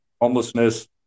homelessness